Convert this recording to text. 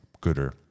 gooder